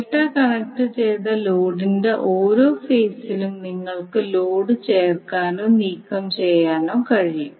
delta കണക്റ്റുചെയ്ത ലോഡിന്റെ ഓരോ ഫേസിലും നിങ്ങൾക്ക് ലോഡ് ചേർക്കാനോ നീക്കം ചെയ്യാനോ കഴിയും